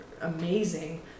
amazing